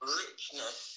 richness